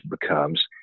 becomes